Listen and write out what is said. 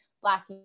Black